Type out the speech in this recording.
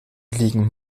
liegen